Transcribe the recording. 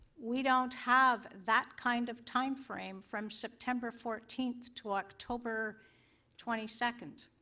we don't have that kind of timeframe from september fourteenth to october twenty second.